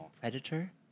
predator